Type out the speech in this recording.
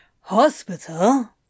Hospital